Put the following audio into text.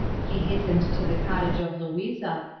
he hastened to the cottage of louisa,